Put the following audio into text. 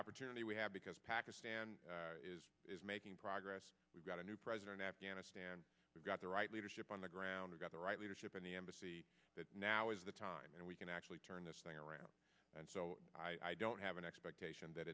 opportunity we have because pakistan is making progress we've got a new president afghanistan we've got the right leadership on the ground got the right leadership in the embassy now is the time and we can actually turn this thing around and so i don't have an expectation that